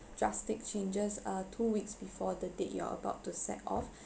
drastic changes uh two weeks before the date you're are about to set off